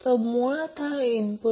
तर मग कॉईल1 चा Q हा L1 ω0 R1 आहे